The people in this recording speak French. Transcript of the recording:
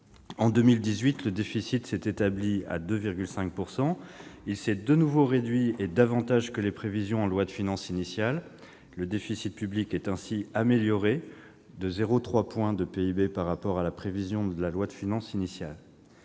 En 2018, le déficit s'est établi à 2,5 %. Il s'est de nouveau réduit, et davantage que la prévision retenue en loi de finances initiale. Le déficit public est ainsi amélioré de 0,3 point de PIB par rapport à cette prévision. L'endettement est